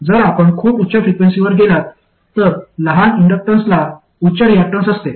जर आपण खूप उच्च फ्रिक्वेन्सीवर गेलात तर लहान इंडक्टन्सला उच्च रियाक्टन्स असते